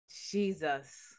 Jesus